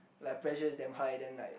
like pressure is damn high than like